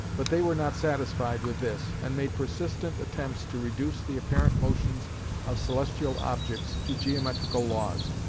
but they were not satisfied with this, and made persistent attempts to reduce the apparent motions of celestial objects to geometrical laws.